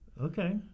Okay